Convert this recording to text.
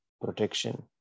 protection